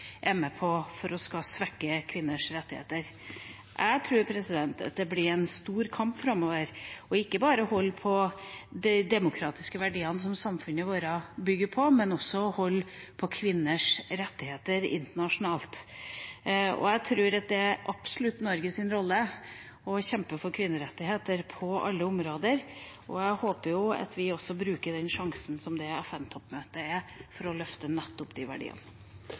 er med på å svekke kvinners rettigheter. Jeg tror at det blir en stor kamp framover, ikke bare for å holde på de demokratiske verdiene som samfunnet vårt bygger på, men også for å holde på kvinners rettigheter internasjonalt. Jeg tror at det absolutt er Norges rolle å kjempe for kvinnerettigheter på alle områder, og jeg håper at vi også bruker den sjansen som FN-toppmøtet er, til å løfte nettopp de verdiene.